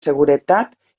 seguretat